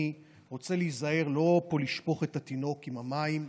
אני רוצה להיזהר שלא לשפוך את התינוק עם המים.